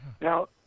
Now